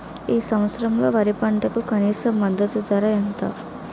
ఈ సంవత్సరంలో వరి పంటకు కనీస మద్దతు ధర ఎంత?